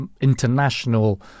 international